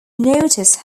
notice